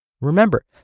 Remember